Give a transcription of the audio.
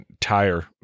tire